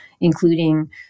including